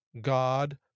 God